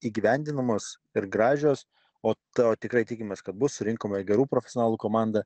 įgyvendinamos ir gražios o to tikrai tikimės kad bus surinkome gerų profesionalų komandą